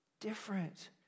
different